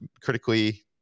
critically